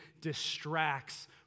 distracts